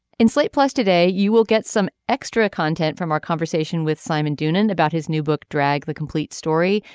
in slate plus today you will get some extra content from our conversation with simon doonan about his new book drag the complete story.